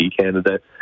candidate